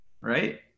Right